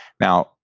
now